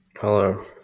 Hello